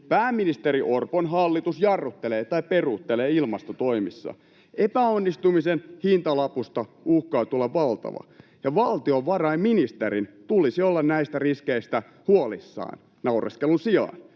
Pääministeri Orpon hallitus jarruttelee tai peruuttelee ilmastotoimissa. Epäonnistumisen hintalapusta uhkaa tulla valtava, ja valtiovarainministerin tulisi olla näistä riskeistä huolissaan naureskelun sijaan.